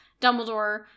Dumbledore